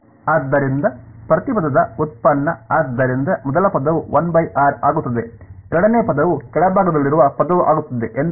ಆದ್ದರಿಂದ ಪ್ರತಿ ಪದದ ಉತ್ಪನ್ನ ಆದ್ದರಿಂದ ಮೊದಲ ಪದವು ಆಗುತ್ತದೆ ಎರಡನೆಯ ಪದವು ಕೆಳಭಾಗದಲ್ಲಿರುವ ಪದವು ಆಗುತ್ತದೆ ಎಂದು ಅರ್ಥ